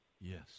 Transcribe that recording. Yes